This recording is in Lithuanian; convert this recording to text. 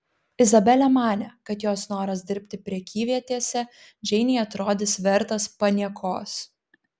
izabelė manė kad jos noras dirbti prekyvietėse džeinei atrodys vertas paniekos